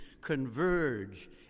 converge